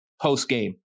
post-game